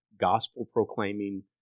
gospel-proclaiming